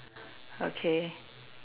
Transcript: okay